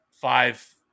five